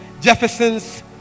Jefferson's